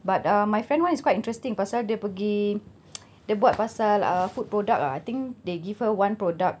but uh my friend one is quite interesting dia pergi dia buat pasal uh food product ah I think they give her one product